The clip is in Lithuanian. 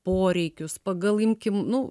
poreikius pagal imkim nu